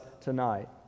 tonight